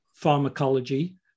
pharmacology